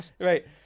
Right